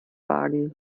wagen